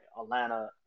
Atlanta